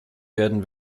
werden